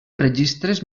registres